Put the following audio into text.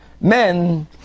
men